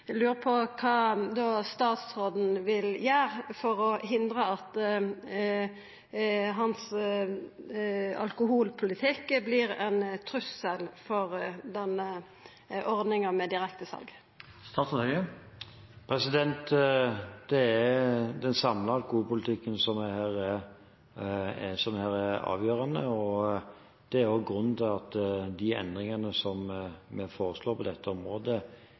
lurer på kva statsråden vil gjera for å hindra at hans alkoholpolitikk vert ein trussel for ordninga med direkte sal. Det er den samlede alkoholpolitikken som her er avgjørende, og det er også grunnen til at de endringene som vi foreslår på dette området,